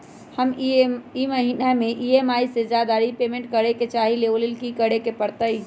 हम ई महिना में ई.एम.आई से ज्यादा रीपेमेंट करे के चाहईले ओ लेल की करे के परतई?